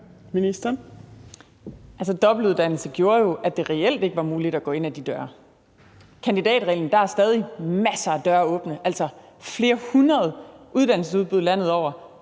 dobbeltuddannelse gjorde jo, at det reelt ikke var muligt at gå ind ad de døre. Med kandidatreglen er der stadig masser af døre åbne. Flere hundrede uddannelsesudbud landet over